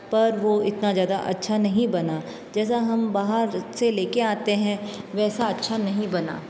पर वो इतना ज़्यादा अच्छा नहीं बना जैसा हम बाहर से लेके आते हैं वैसा अच्छा नहीं बना